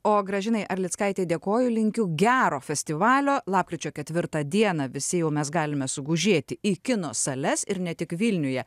o gražinai arlickaitei dėkoju linkiu gero festivalio lapkričio ketvirtą dieną visi jau mes galime sugužėti į kino sales ir ne tik vilniuje